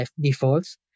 defaults